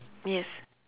yes